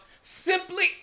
simply